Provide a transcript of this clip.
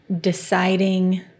deciding